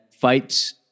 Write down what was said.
fights